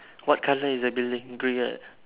what colour is the building green right